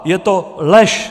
Je to lež!